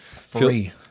Free